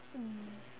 mm